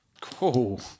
Cool